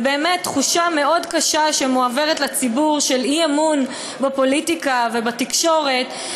באמת תחושה קשה מאוד שמועברת לציבור של אי-אמון בפוליטיקה ובתקשורת.